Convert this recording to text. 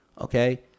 okay